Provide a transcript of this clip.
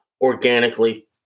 organically